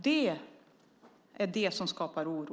Det är det som skapar oro.